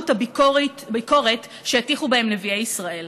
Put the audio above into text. את הביקורת שהטיחו בהם נביאי ישראל.